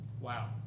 Wow